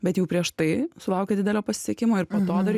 bet jau prieš tai sulaukė didelio pasisekimo ir po to dar